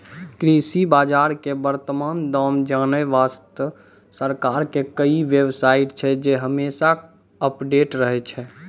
कृषि बाजार के वर्तमान दाम जानै वास्तॅ सरकार के कई बेव साइट छै जे हमेशा अपडेट रहै छै